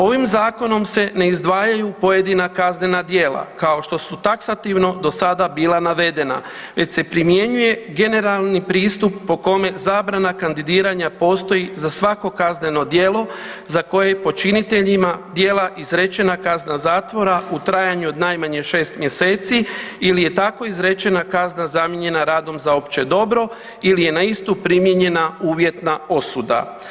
Ovim zakonom se ne izdvajaju pojedina kaznena djela kao što su taksativno sada bila navedena, već se primjenjuje generalni pristup po kome zabrana kandidiranja postoji za svako kazneno djelo za koje je počiniteljima djela izrečena kazna zatvora u trajanju od najmanje šest mjeseci ili je tako izrečena kazna zamijenjena radom za opće dobro ili je na istu primijenjena uvjetna osuda.